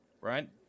right